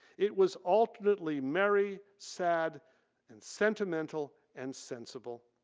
it was alternately merry, sad and sentimental and sensible.